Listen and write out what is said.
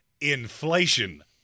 inflation